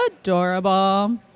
adorable